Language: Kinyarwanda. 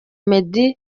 meddy